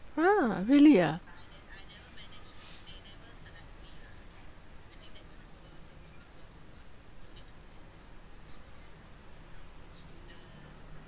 !huh! really ah